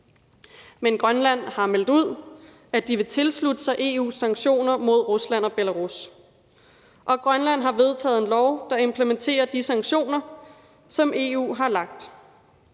men Grønland har meldt ud, at de vil tilslutte sig EU's sanktioner mod Rusland og Belarus, og Grønland har vedtaget en lov, der implementerer de sanktioner, som EU har